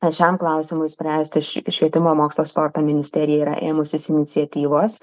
šiam klausimui spręsti švietimo mokslo ir sporto ministerija yra ėmusis iniciatyvos